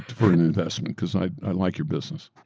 for an investment because i i like your business.